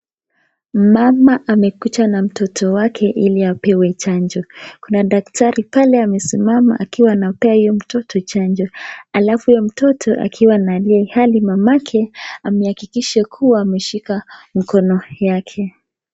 Mama amekuja na mtoto wake ili apewe chanjo, kuna daktari pale akiwa amesimama akimpea mtoto chanjo, alafu huyo mtoto akiwa analia, ilhali mamake amehakikisha kuwa ameshika mkono yake.